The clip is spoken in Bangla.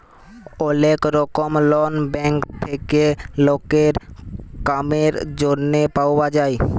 ওলেক রকমের লন ব্যাঙ্ক থেক্যে লকের কামের জনহে পাওয়া যায়